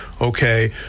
Okay